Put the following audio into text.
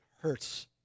hurts